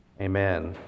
Amen